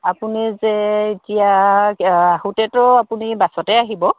আপুনি যে এতিয়া আহোতেতো আপুনি বাছতে আহিব